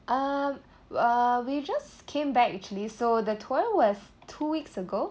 uh uh we just came back actually so the tour was two weeks ago